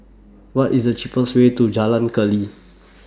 What IS The cheapest Way to Jalan Keli